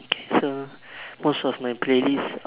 okay so most of my playlist